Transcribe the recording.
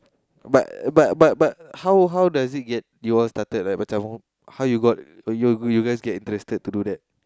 but but but but how how does it get y'all started macam how you got you you guys get interested to do that